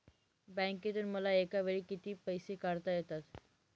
बँकेतून मला एकावेळी किती पैसे काढता येतात?